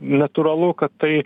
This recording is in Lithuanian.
natūralu kad tai